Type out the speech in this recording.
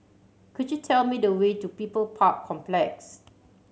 could you tell me the way to People Park Complex